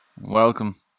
Welcome